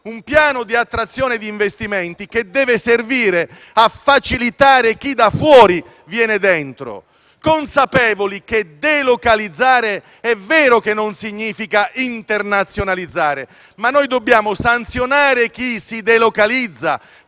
un piano di attrazione degli investimenti per facilitare chi da fuori viene dentro. Siamo consapevoli che delocalizzare, è vero, non significa internazionalizzare, ma noi dobbiamo sanzionare chi si delocalizza,